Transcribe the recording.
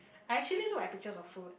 I actually look at pictures of food